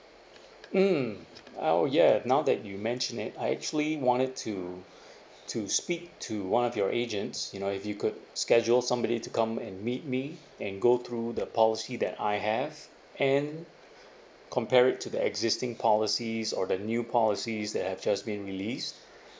mm oh ya now that you mentioned it I actually wanted to to speak to one of your agents you know if you could schedule somebody to come and meet me and go through the policy that I have and compare it to the existing policies or the new policies that have just been release